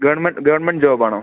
government government ജോബാണോ